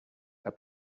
are